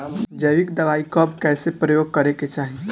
जैविक दवाई कब कैसे प्रयोग करे के चाही?